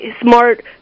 smart